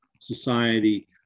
society